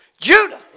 Judah